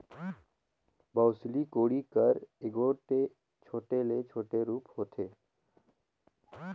बउसली कोड़ी कर एगोट छोटे ले छोटे रूप होथे